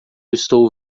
estou